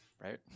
right